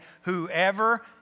whoever